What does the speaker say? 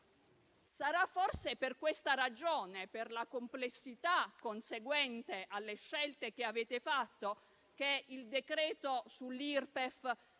Sarà forse per questa ragione, per la complessità conseguente alle scelte che avete fatto, che il decreto sull'Irpef